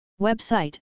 Website